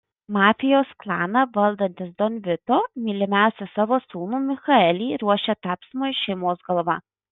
mafijos klaną valdantis don vito mylimiausią savo sūnų michaelį ruošia tapsmui šeimos galva